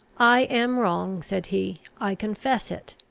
i am wrong, said he. i confess it.